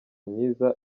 myiza